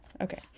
Okay